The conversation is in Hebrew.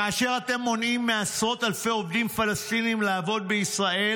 כאשר אתם מונעים מעשרות אלפי עובדים פלסטינים לעבוד בישראל,